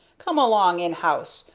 come along in house,